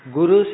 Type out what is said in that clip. Guru